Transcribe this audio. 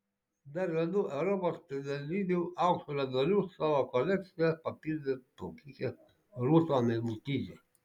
dar vienu europos pirmenybių aukso medaliu savo kolekciją papildė plaukikė rūta meilutytė